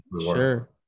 sure